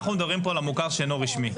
אנחנו מדברים פה על המוכר שאינו רשמי,